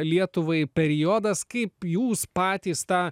lietuvai periodas kaip jūs patys tą